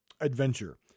adventure